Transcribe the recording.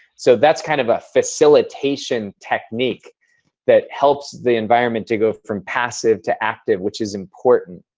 so that's kind of a facilitation technique that helps the environment to go from passive to active, which is important.